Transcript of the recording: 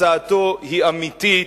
הצעתו היא אמיתית.